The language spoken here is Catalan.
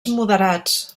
moderats